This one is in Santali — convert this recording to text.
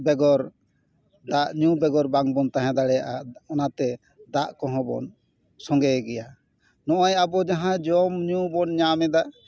ᱵᱮᱜᱚᱨ ᱫᱟᱜ ᱧᱩ ᱵᱮᱜᱚᱨ ᱵᱟᱝ ᱵᱚᱱ ᱛᱟᱦᱮᱸ ᱫᱟᱲᱮᱭᱟᱜᱼᱟ ᱚᱱᱟ ᱛᱮ ᱫᱟᱜ ᱠᱚᱦᱚᱸ ᱵᱚ ᱥᱚᱸᱜᱮ ᱜᱮᱭᱟ ᱱᱚᱜᱼᱚᱭ ᱟᱵᱚ ᱡᱟᱦᱟᱸ ᱡᱚᱢᱼᱧᱩ ᱵᱚᱱ ᱧᱟᱢᱮᱫᱟ